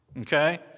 okay